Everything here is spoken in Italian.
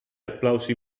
applausi